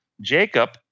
Jacob